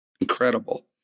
Incredible